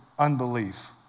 unbelief